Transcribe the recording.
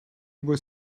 were